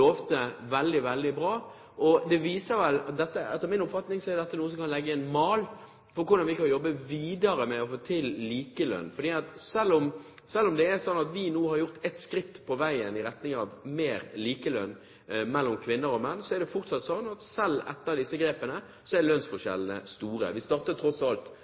veldig godt. Etter min oppfatning er dette noe som kan legge en mal for hvordan vi kan jobbe videre med å få til likelønn. For selv om det er slik at vi nå har tatt ett skritt på veien i retning av mer likelønn mellom kvinner og menn, er det fortsatt slik at selv etter disse grepene er lønnsforskjellene store. Vi startet tross alt